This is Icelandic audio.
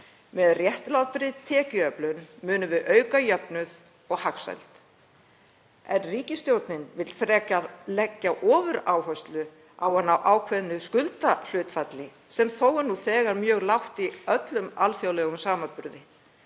Með réttlátri tekjuöflun munum við auka jöfnuð og hagsæld. En ríkisstjórnin vill frekar leggja ofuráherslu á að ná ákveðnu skuldahlutfalli, sem er þó nú þegar mjög lágt í öllum alþjóðlegum samanburði.